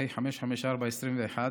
פ/554/21,